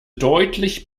deutlich